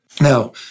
Now